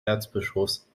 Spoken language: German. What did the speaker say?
erzbischofs